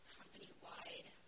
company-wide